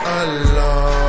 alone